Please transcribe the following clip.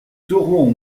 saurons